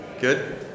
Good